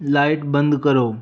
light बंद करो